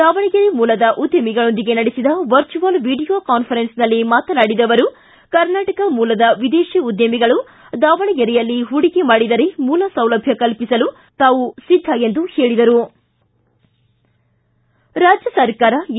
ದಾವಣಗೆರೆ ಮೂಲದ ಉದ್ಯಮಿಗಳೊಂದಿಗೆ ನಡೆಸಿದ ವರ್ಚುವಲ್ ವೀಡಿಯೋ ಕಾನ್ಫರೆನ್ಸ್ನಲ್ಲಿ ಮಾತನಾಡಿದ ಅವರು ಕರ್ನಾಟಕ ಮೂಲದ ವಿದೇಶಿ ಉದ್ದಮಿಗಳು ದಾವಣಗೆರೆಯಲ್ಲಿ ಹೂಡಿಕೆ ಮಾಡಿದರೆ ಮೂಲಸೌಲಭ್ಯ ಕಲ್ಪಿಸುವ ಹೊಣೆ ನಮ್ಮದು ಎಂದು ಭರವಸೆ ನೀಡಿದರು ರಾಜ್ಯ ಸರ್ಕಾರ ಎ